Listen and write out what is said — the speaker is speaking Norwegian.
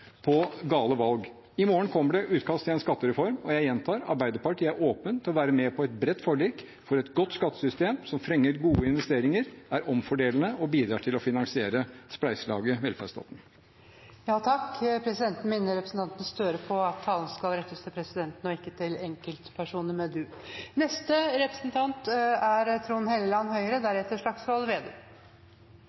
gale valg. I morgen kommer det utkast til en skattereform, og jeg gjentar: Arbeiderpartiet er åpen for å være med på et bredt forlik for et godt skattesystem som fremmer gode investeringer, er omfordelende og bidrar til å finansiere spleiselaget velferdsstaten. Presidenten minner representanten Gahr Støre på at talen skal rettes til presidenten, og ikke til enkeltpersoner med «du». Dette er